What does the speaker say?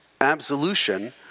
absolution